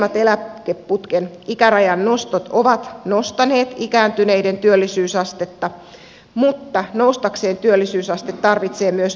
aiemmat eläkeputken ikärajan nostot ovat nostaneet ikääntyneiden työllisyysastetta mutta noustakseen työllisyysaste tarvitsee myös työpaikkoja